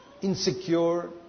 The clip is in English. Insecure